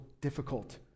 difficult